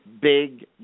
big